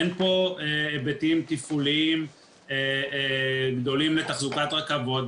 אין פה היבטים תפעוליים גדולים לתחזוקת רכבות,